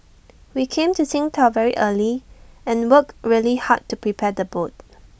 we came to Qingdao very early and worked really hard to prepare the boat